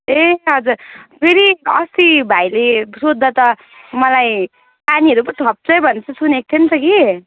ए हजुर फेरि अस्ति भाइले सोध्दा त मलाई पानीहरू पो थप्छै भनेको सुनेको थिएँ नि त कि